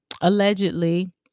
allegedly